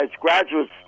graduates